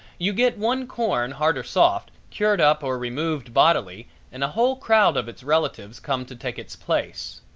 you get one corn, hard or soft, cured up or removed bodily and a whole crowd of its relatives come to take its place.